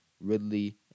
Ridley